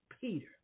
Peter